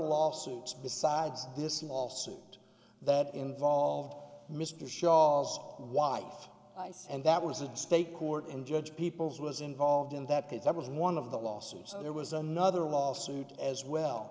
lawsuits besides this lawsuit that involved mr shaw a wife ice and that was a state court and judge people's was involved in that case that was one of the lawsuits there was another lawsuit as well